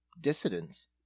dissidents